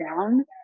down